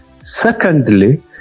Secondly